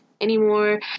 anymore